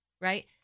right